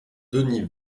dennis